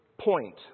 point